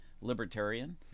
libertarian